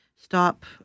stop